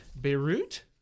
Beirut